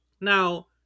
Now